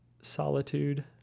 Solitude